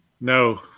No